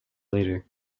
later